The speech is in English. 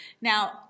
Now